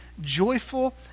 joyful